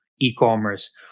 e-commerce